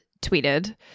tweeted